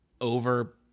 over